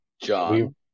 John